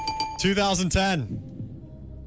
2010